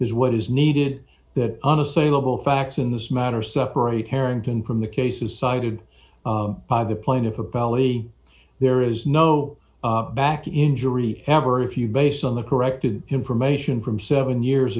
is what is needed the unassailable facts in this matter separate harrington from the cases cited by the plaintiff appellee there is no back injury ever if you based on the corrected information from seven years